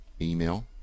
email